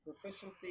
Proficiency